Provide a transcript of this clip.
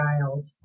child